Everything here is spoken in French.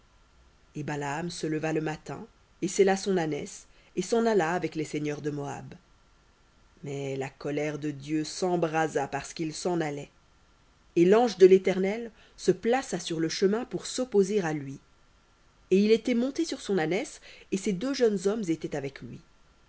et balaam se leva le matin et sella son ânesse et s'en alla avec les seigneurs de moab mais la colère de dieu s'embrasa parce qu'il s'en allait et l'ange de l'éternel se plaça sur le chemin pour s'opposer à lui et il était monté sur son ânesse et ses deux jeunes hommes étaient avec lui